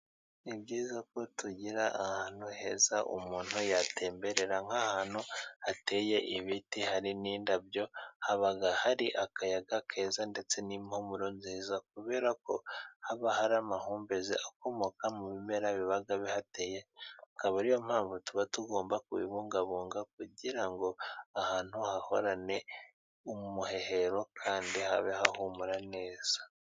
Ni byiza ko tugira ahantu heza umuntu yatemberera, nk'ahantu hateye ibiti hari n'indabyo haba hari akayaga keza ndetse n'impumuro nziza, kubera ko haba hari amahumbezi akomoka mu bimera biba bihateye, akaba ariyo mpamvu tuba tugomba kubibungabunga kugira ngo ahantu hahorane umuhehero, kandi habe hahumura neza.